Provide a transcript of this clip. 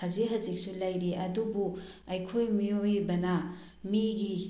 ꯍꯧꯖꯤꯛ ꯍꯧꯖꯤꯛꯁꯨ ꯂꯩꯔꯤ ꯑꯗꯨꯕꯨ ꯑꯩꯈꯣꯏ ꯃꯤꯑꯣꯏꯕꯅ ꯃꯤꯒꯤ